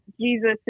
Jesus